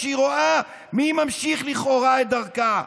כשהיא רואה מי ממשיך לכאורה את דרכה,